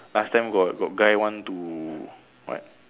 last time got got guy want to what